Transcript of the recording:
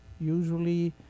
usually